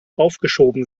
aufgeschoben